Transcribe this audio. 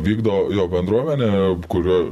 vykdo jo bendruomenė kuri